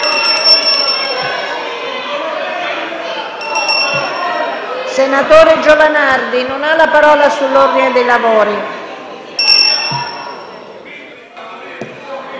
Senatore Giovanardi, non ha la parola sull'ordine dei lavori.